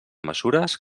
mesures